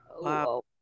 Wow